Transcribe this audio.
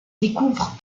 découvre